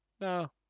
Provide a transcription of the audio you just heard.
No